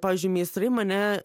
pavyzdžiui meistrai mane